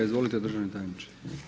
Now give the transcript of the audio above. Izvolite državni tajniče.